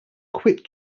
quick